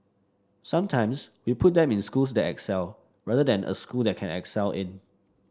sometimes we put them in schools that excel rather than a school that can excel in